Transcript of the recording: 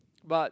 but